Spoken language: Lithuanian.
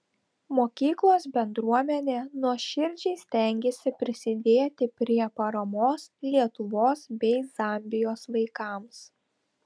mokyklos bendruomenė nuoširdžiai stengėsi prisidėti prie paramos lietuvos bei zambijos vaikams